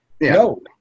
No